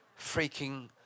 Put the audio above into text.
freaking